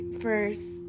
first